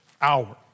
hour